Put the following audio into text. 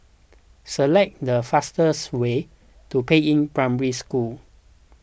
select the fastest way to Peiying Primary School